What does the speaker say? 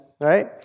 right